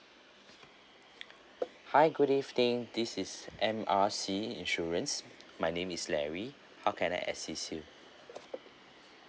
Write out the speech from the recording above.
hi good evening this is M R C insurance my name is larry how can I assist you